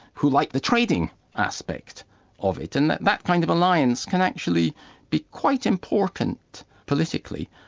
who like the trading aspect of it. and that kind of alliance can actually be quite important politically.